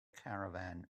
caravan